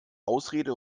ausrede